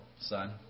son